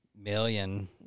Million